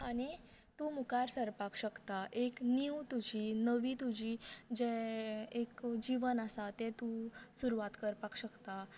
आनी तूं मुखार सरपाक शकता एक न्यू तुजी नवीं तुजी जें एक जीवन आसा ते तूं सुरवात करपाक शकता